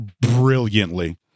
brilliantly